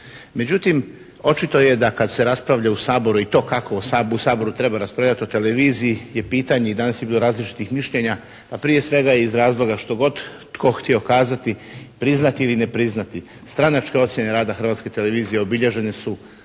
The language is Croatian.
Međutim, očito je da kad se raspravlja u Saboru i to kako u Saboru treba raspravljati o televizije je pitanje i danas je bilo različitih mišljenja, a prije svega i iz razloga što god tko htio kazati, priznati ili ne priznati, stranačka ocjena rada Hrvatske televizije obilježene su